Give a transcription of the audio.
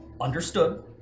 Understood